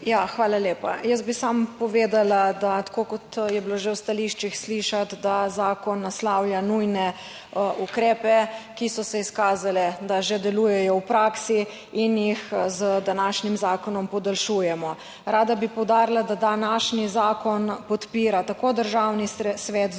Hvala lepa. Jaz bi samo povedala, da tako kot je bilo že v stališčih slišati, da zakon naslavlja nujne ukrepe, ki so se izkazale, da že delujejo v praksi in jih z današnjim zakonom podaljšujemo. Rada bi poudarila, da današnji zakon podpira tako Državni svet, Združenje